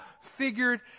figured